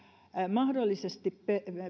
mahdollisesti